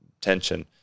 tension